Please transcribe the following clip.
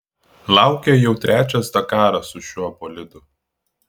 laukia jau trečias dakaras su šiuo bolidu